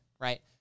Right